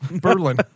Berlin